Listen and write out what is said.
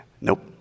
Nope